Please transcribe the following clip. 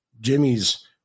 Jimmy's